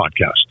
podcast